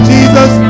Jesus